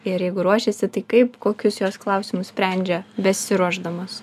ir jeigu ruošiasi tai kaip kokius jos klausimus sprendžia besiruošdamos